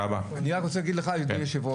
אני רוצה להתייחס קודם כל לגופם של דברים.